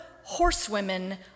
horsewomen